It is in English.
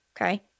okay